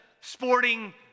sporting